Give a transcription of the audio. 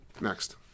Next